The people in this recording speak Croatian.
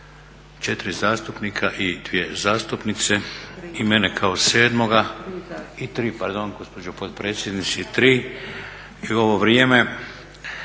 6, 4 zastupnika i 2 zastupnice i mene kao sedmoga i tri pardon gospođo potpredsjednice, tri. Radi se